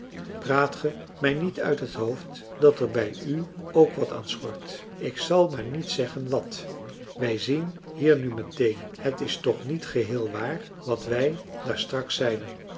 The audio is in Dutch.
praat ge mij niet uit het hoofd dat er bij ook wat aan schort ik zal maar niet zeggen wàt wij zien hier nu meteen het is toch niet geheel waar wat wij daar straks zeiden